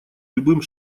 любым